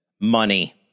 money